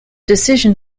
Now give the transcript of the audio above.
decision